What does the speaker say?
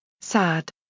Sad